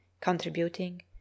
contributing